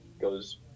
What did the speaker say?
goes